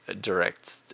direct